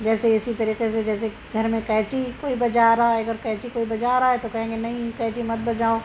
جیسے اسی طریقے سے جیسے گھر میں قینچی کوئی بجا رہا ہے اگر قینچی کوئی بجا رہا ہے تو کہیں گے نہیں قینچی مت بجاؤ